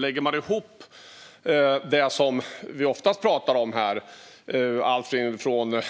Lägger man ihop det som vi oftast pratar om här, allt från